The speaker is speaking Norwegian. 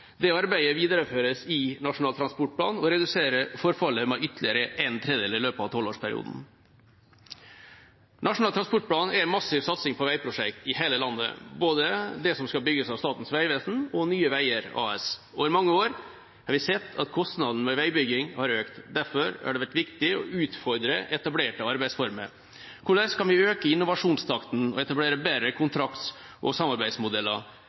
Det arbeidet videreføres i Nasjonal transportplan og reduserer forfallet med ytterligere én tredjedel i løpet av tolvårsperioden. Nasjonal transportplan er en massiv satsing på veiprosjekt i hele landet, når det gjelder både det som skal bygges av Statens vegvesen, og det som skal bygges av Nye Veier AS. Over mange år har vi sett at kostnadene ved veibygging har økt. Derfor har det vært viktig å utfordre etablerte arbeidsformer. Hvordan kan vi øke innovasjonstakten og etablere bedre kontrakts- og samarbeidsmodeller,